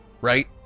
right